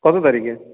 কত তারিখে